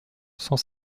cent